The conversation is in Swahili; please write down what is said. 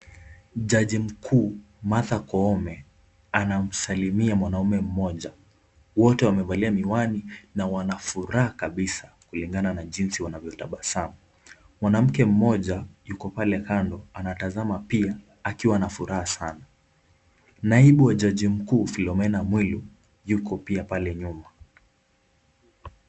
Jaji mkuu Martha Koome anasalimia mama mmoja, wote wamevalia miwani na wanafuraha kabisa kulingana na jinsi wametabasamu. Mwanamke mmoja yuko pale kando anatazama pia akiwa na furaha sana. Naibu wa jaji mkuu Philomena Mwiu yuko pia pale nyuma.